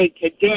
today